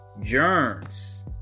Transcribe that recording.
Germs